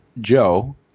Joe